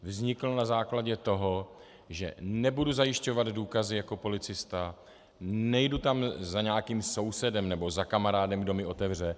Vznikl na základě toho, že nebudu zajišťovat důkazy jako policista, nejdu tam za nějakým sousedem nebo za kamarádem, kdo mi otevře.